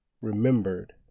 remembered